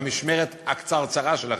במשמרת הקצרצרה שלכם,